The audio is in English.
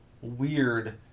weird